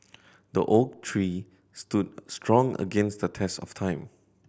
the oak tree stood strong against the test of time